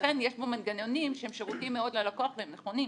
ולכן יש בו מנגנונים שהם שירותיים מאוד ללקוח והם נכונים.